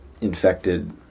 infected